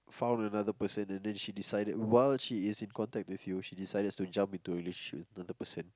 found another person and then she decided while she is in contact with you she decided to jump into a relationship with the other person